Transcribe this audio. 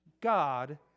God